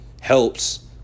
helps